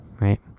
right